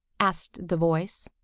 asked the voice.